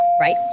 Right